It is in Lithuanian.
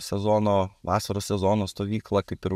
sezono vasaros sezono stovyklą kaip ir